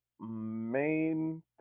main